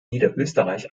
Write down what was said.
niederösterreich